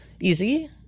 easy